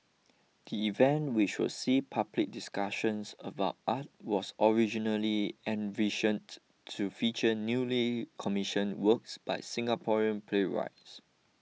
the event which will see public discussions about art was originally envisioned to feature newly commission works by Singaporean playwrights